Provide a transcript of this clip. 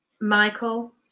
Michael